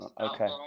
Okay